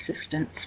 assistance